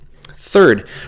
Third